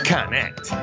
Connect